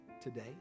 today